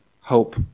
hope